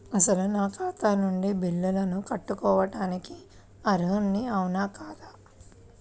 అసలు నా ఖాతా నుండి బిల్లులను కట్టుకోవటానికి అర్హుడని అవునా కాదా?